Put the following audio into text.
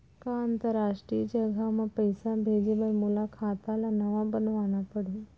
का अंतरराष्ट्रीय जगह म पइसा भेजे बर मोला खाता ल नवा बनवाना पड़ही?